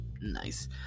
Nice